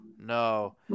no